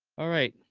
alright.